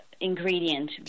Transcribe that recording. ingredient